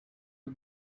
the